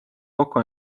kokku